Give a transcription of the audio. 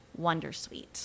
wondersuite